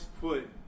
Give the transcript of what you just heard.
put